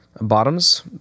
bottoms